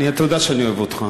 אתה יודע שאני אוהב אותך,